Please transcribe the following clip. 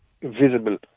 visible